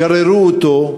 גררו אותו,